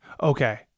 Okay